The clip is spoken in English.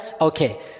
Okay